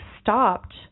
stopped